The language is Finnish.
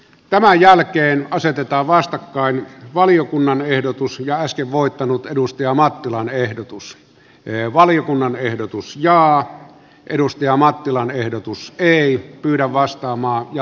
tämän jälkeen asetetaan vastakkain valiokunnan ehdotus jääski voittanut edusti amattilan ehdotus eu valiokunnan ehdotus ja edusti amattilan ehdotusta ei kyllä vastaamaan ja